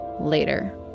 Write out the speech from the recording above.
later